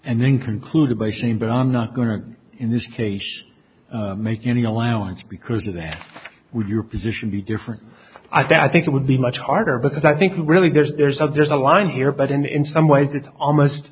and then conclude ablation but i'm not going to in this case make any allowance because of that would your position be different i think it would be much harder because i think really there's there's of there's a line here but and in some ways it's almost